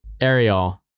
Ariel